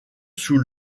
sous